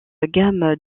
gamme